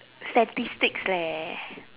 statistics leh